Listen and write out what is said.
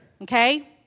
okay